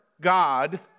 God